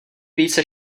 více